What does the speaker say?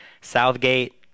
Southgate